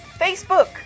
Facebook